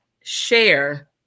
share